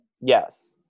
yes